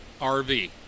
RV